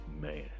Man